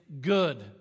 good